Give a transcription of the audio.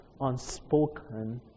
unspoken